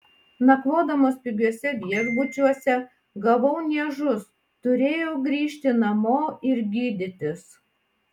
nakvodamas pigiuose viešbučiuose gavau niežus turėjau grįžti namo ir gydytis